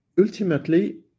Ultimately